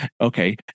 Okay